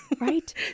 Right